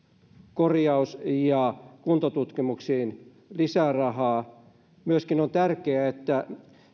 korjaus ja kuntotutkimuksiin annetaan lisää rahaa myöskin on tärkeää että